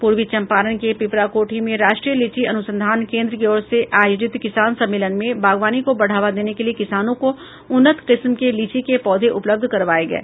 पूर्वी चंपारण के पिपराकोठी में राष्ट्रीय लीची अनुसंधान केन्द्र की ओर से आयोजित किसान सम्मेलन में बागवानी को बढ़ावा देने के लिये किसानों को उन्नत किस्म के लीची के पौधे उपलब्ध करवाये गये